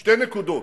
שתי נקודות,